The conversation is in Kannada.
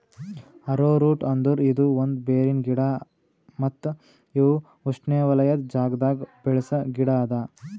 ಅರೋರೂಟ್ ಅಂದುರ್ ಇದು ಒಂದ್ ಬೇರಿನ ಗಿಡ ಮತ್ತ ಇವು ಉಷ್ಣೆವಲಯದ್ ಜಾಗದಾಗ್ ಬೆಳಸ ಗಿಡ ಅದಾ